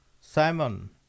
Simon